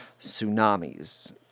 tsunamis